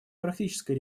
практической